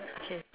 okay